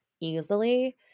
easily